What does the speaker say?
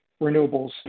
renewables